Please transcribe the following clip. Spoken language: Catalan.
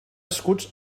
escuts